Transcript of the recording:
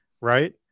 right